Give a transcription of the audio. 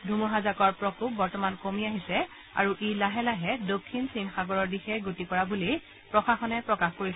ধুমুহাজাকৰ প্ৰকোপ বৰ্তমান কমি আহিছে আৰু ই লাহে লাহে দক্ষিণ চীন সাগৰৰ দিশে গতি কৰা বুলি প্ৰশাসনে প্ৰকাশ কৰিছে